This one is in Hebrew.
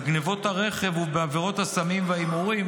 בגנבות הרכב ובעבירות הסמים וההימורים,